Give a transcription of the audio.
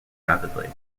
rapidly